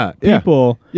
people